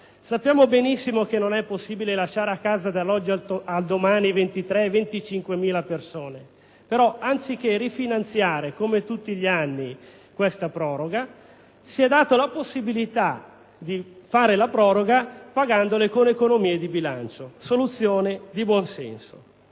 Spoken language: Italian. Sappiamo benissimo che non è possibile lasciare a casa dall'oggi al domani 23.000-25.000 persone: anziché rifinanziare come tutti gli anni questa proroga, si è data la possibilità di farla, pagandola attraverso le economie di bilancio, con una soluzione di buonsenso.